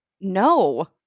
No